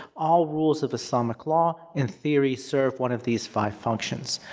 all rules of islamic law, in theory, serve one of these five functions.